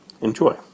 Enjoy